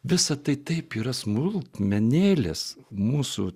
visa tai taip yra smulkmenėlės mūsų